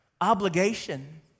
obligation